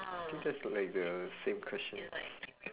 I think that's th~ like the same question